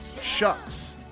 Shucks